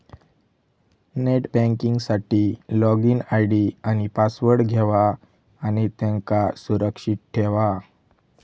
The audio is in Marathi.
नेट बँकिंग साठी लोगिन आय.डी आणि पासवर्ड घेवा आणि त्यांका सुरक्षित ठेवा